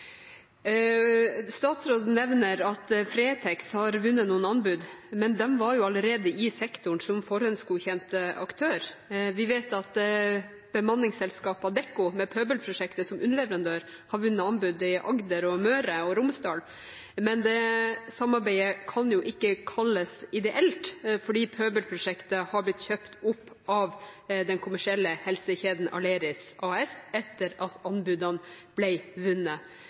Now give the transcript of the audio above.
Statsråden nevner at Fretex har vunnet noen anbud, men de var jo allerede i sektoren som forhåndsgodkjent aktør. Vi vet at bemanningsselskapet Adecco, med Pøbelprosjektet som underleverandør, har vunnet anbud i Agder og Møre og Romsdal, men det samarbeidet kan jo ikke kalles ideelt, fordi Pøbelprosjektet har blitt kjøpt opp av den kommersielle helsekjeden Aleris AS etter at anbudene ble vunnet.